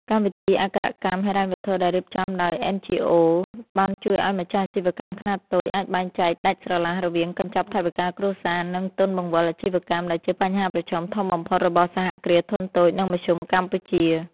កម្មវិធីអក្ខរកម្មហិរញ្ញវត្ថុដែលរៀបចំដោយ NGOs បានជួយឱ្យម្ចាស់អាជីវកម្មខ្នាតតូចអាចបែងចែកដាច់ស្រឡះរវាង "កញ្ចប់ថវិកាគ្រួសារ" និង "ទុនបង្វិលអាជីវកម្ម" ដែលជាបញ្ហាប្រឈមធំបំផុតរបស់ សហគ្រាសធុនតូច និងមធ្យមកម្ពុជា។